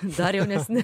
dar jaunesni